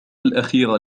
الأخير